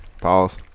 Pause